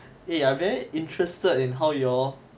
eh I very interested in how you all